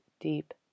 deep